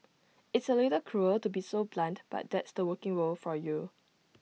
it's A little cruel to be so blunt but that's the working world for you